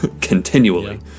continually